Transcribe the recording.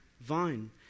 vine